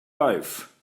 life